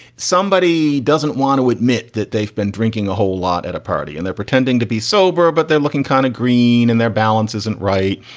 somebody doesn't want to admit that they've been drinking a whole lot at a party and they're pretending to be sober, but they're looking kind of green in their balance isn't right.